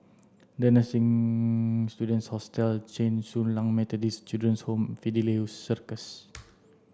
the Students Hostel Chen Su Lan Methodist Children's Home Fidelio Circus